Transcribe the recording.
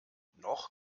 noch